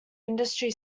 industry